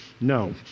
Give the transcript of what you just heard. No